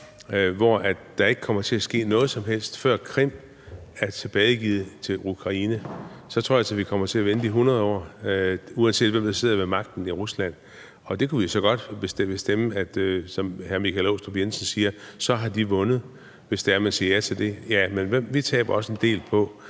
hvor der ikke kommer til at ske noget som helst, før Krim er tilbagegivet til Ukraine, så tror jeg altså, vi kommer til at vente i 100 år, uanset hvem der sidder ved magten i Rusland. Og det kunne vi så godt bestemme, altså at de så har vundet, hvis det er, man siger ja til det, som hr. Michael Aastrup Jensen